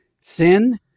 sin